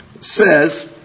Says